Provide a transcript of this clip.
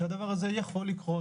שהדבר הזה יכול לקרות,